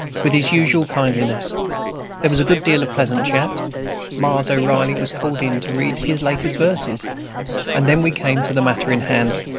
with his usual kindliness there was a good deal of pleasant chat miles o'reilly was called in to read his latest verses and then we came to the matter in hand.